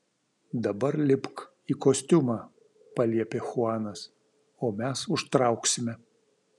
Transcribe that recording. dabar lipk į kostiumą paliepė chuanas o mes užtrauksime